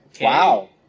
Wow